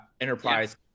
enterprise